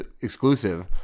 exclusive